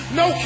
no